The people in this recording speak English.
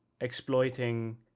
exploiting